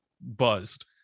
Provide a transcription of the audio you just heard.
buzzed